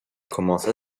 commença